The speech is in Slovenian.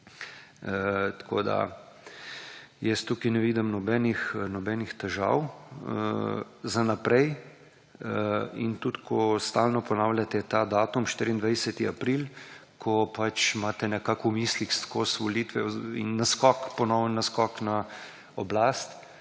Jaz tukaj ne vidim nobenih težav za v naprej in tudi, ko stalno ponavljate ta datum 24. april, ko pač imate nekako v mislih skoz volitve in ponovni naskok na oblast